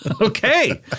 Okay